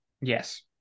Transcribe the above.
Yes